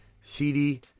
CD